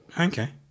Okay